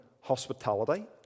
hospitality